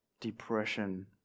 depression